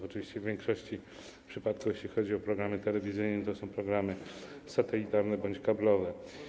Oczywiście w większości przypadków, jeśli chodzi o programy telewizyjne, są to programy satelitarne bądź kablowe.